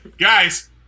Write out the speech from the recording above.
guys